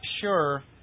sure